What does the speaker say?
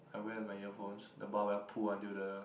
I went with my earphones the barbell pull until the